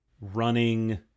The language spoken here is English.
running